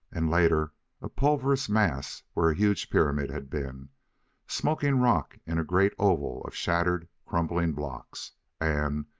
and later a pulverous mass where a huge pyramid had been smoking rock in a great oval of shattered crumbling blocks and,